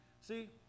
See